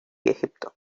egipto